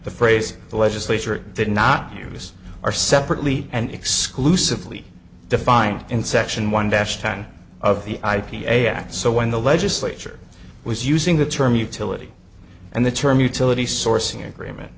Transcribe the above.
the phrase the legislature did not use or separately and exclusively defined in section one dash ten of the i p a act so when the legislature was using the term utility and the term utility sourcing agreement